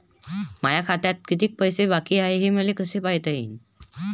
माया खात्यात कितीक पैसे बाकी हाय हे मले कस पायता येईन?